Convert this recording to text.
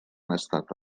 estat